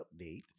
update